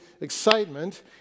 excitement